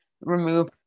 remove